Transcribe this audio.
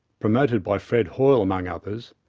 promoted by fred hoyle among others,